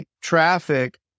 traffic